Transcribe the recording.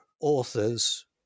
authors